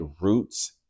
roots